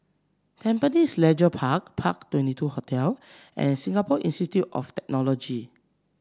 Tampines Leisure Park Park Twenty two Hotel and Singapore Institute of Technology